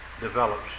develops